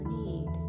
need